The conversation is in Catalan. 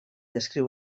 descriu